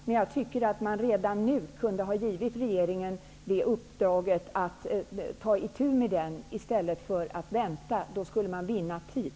Men redan nu kunde man ha givit regeringen uppdraget att ta itu med den i stället för att vänta. Då skulle man vinna tid.